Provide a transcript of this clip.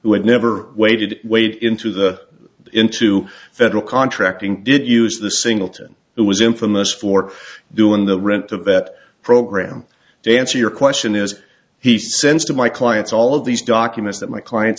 had never waited weighed into the into federal contracting did use the singleton who was infamous for doing the rent of that program day answer your question is he sends to my clients all of these documents that my clients